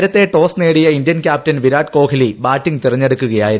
നേരത്തെ ടോസ് നേടിയ Indian captain Virat Kohli batting തെരഞ്ഞെടുക്കുക്യായിരുന്നു